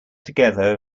together